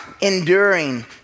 enduring